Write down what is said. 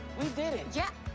we did it. yeah!